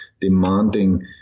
demanding